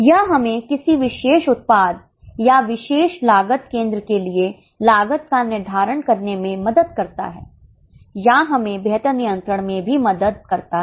यह हमें किसी विशेष उत्पाद या विशेष लागत केंद्र के लिए लागत का निर्धारण करने में मदद करता है या हमें बेहतर नियंत्रण में भी मदद करता है